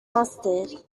mustard